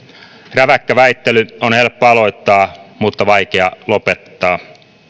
räväkkä väittely on helppo aloittaa mutta vaikea lopettaa